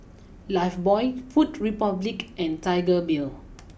Lifebuoy food Republic and Tiger Beer